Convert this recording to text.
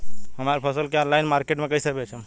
हमार फसल के ऑनलाइन मार्केट मे कैसे बेचम?